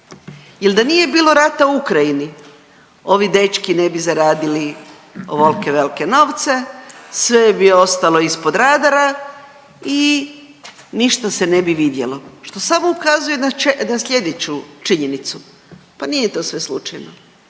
jel da nije bilo rata u Ukrajini ovi dečki ne bi zaradili ovolike velike novce, sve bi ostalo ispod radara i ništa se ne bi vidjelo što samo ukazuje na sljedeću činjenicu, pa nije to sve slučajno,